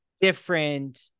different